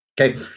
Okay